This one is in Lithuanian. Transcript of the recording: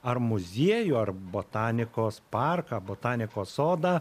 ar muziejų ar botanikos parką botanikos sodą